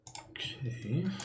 Okay